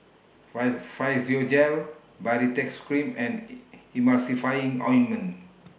Physiogel Baritex Cream and Ointment